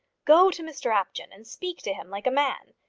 go to mr apjohn, and speak to him like a man.